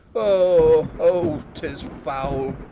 o! o! tis foul!